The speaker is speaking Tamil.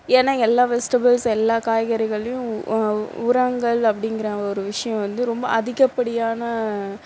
ஏன்னா எல்லா வெஜ்டபில்ஸ் எல்லா காய்கறிகள்லேயும் உரங்கள் அப்படிங்குற ஒரு விஷ்யம் வந்து ரொம்ப அதிகப்படியான